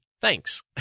Thanks